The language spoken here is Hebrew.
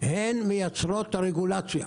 הן מייצרות את הרגולציה.